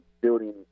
building